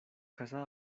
casa